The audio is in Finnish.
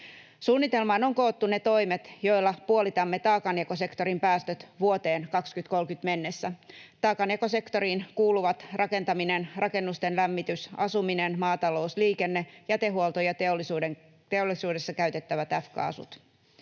Suunnitelmaan on koottu ne toimet, joilla puolitamme taakanjakosektorin päästöt vuoteen 2030 mennessä. Taakanjakosektoriin kuuluvat rakentaminen, rakennusten lämmitys, asuminen, maatalous, liikenne, jätehuolto ja teollisuudessa käytettävät F-kaasut.